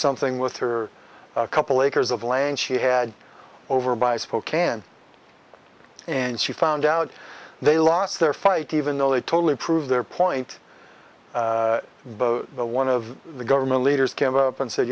something with her a couple acres of land she had over by spokane and she found out they lost their fight even though they totally prove their point one of the government leaders came up and said